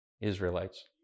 Israelites